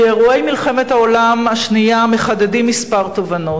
כי אירועי מלחמת העולם השנייה מחדדים כמה תובנות.